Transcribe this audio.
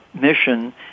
mission